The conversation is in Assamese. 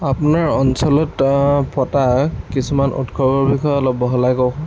আপোনাৰ অঞ্চলত পতা কিছুমান উৎসৱৰ বিষয়ে অলপ বহলাই কওকচোন